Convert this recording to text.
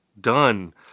done